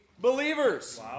believers